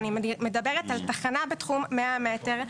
אני מדברת על תחנה בתחום 100 מטר.